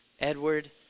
Edward